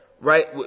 Right